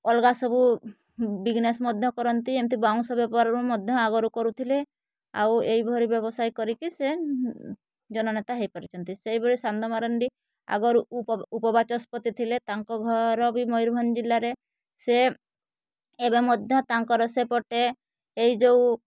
ଅଲଗା ସବୁ ବିଜନେସ୍ ମଧ୍ୟ କରନ୍ତି ଏମତି ବାଉଁଶ ବେପାରରୁ ମଧ୍ୟ ଆଗରୁ କରୁଥିଲେ ଆଉ ଏଇଭଳି ବ୍ୟବସାୟ କରିକି ସେ ଜନନେତା ହେଇପାରୁଛନ୍ତି ସେଇଭଳି ସାନ ମାରଣ୍ଡି ଆଗରୁ ଉପ ଉପବାଚସ୍ପତି ଥିଲେ ତାଙ୍କ ଘର ବି ମୟୂରଭଞ୍ଜ ଜିଲ୍ଲାରେ ସେ ଏବେ ମଧ୍ୟ ତାଙ୍କର ସେପଟେ ଏଇ ଯେଉଁ